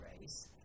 race